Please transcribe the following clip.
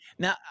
Now